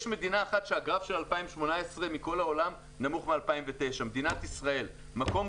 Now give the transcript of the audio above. יש מדינה אחת מכל העולם שהגרף של 2018 נמוך מ-2009 מדינת ישראל,